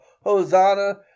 Hosanna